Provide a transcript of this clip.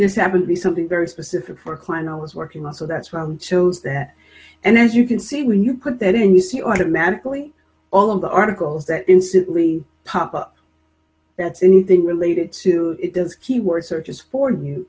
this happen to be something very specific for a client i was working on so that's why i chose that and as you can see when you put that in you see automatically all of the articles that instantly pop up that's anything related to it does keyword searches for you